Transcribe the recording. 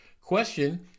question